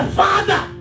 father